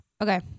Okay